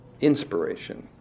inspiration